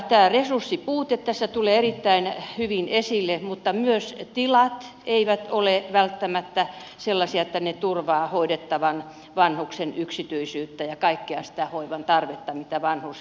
tämä resurssipuute tässä tulee erittäin hyvin esille mutta myöskään tilat eivät ole välttämättä sellaisia että ne turvaavat hoidettavan vanhuksen yksityisyyttä ja kaikkea sitä hoivan tarvetta mitä vanhus tarvitsee